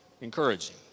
encouraging